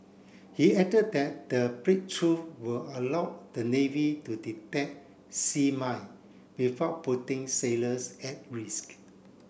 he added that the breakthrough will allow the navy to detect sea mine without putting sailors at risk